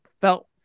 felt